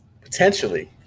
potentially